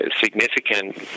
significant